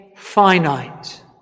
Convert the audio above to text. finite